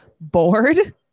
bored